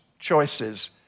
Choices